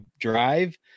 drive